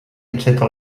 enceta